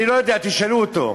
אני לא יודע, תשאלו אותו.